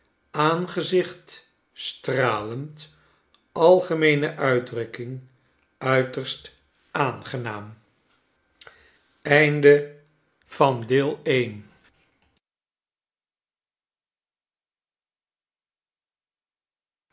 aangezicht stralend algemeene uitdrukking uiterst aangenaam